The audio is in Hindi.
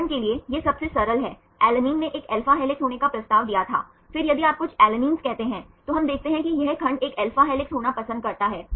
उदाहरण के लिए यह सबसे सरल है अलैनिन ने एक alpha हेलिक्स होने का प्रस्ताव दिया था फिर यदि आप कुछ अल्नेइन कहते हैं तो हम देखते हैं कि यह खंड एक alpha हेलिक्स होना पसंद करता है